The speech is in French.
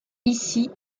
ici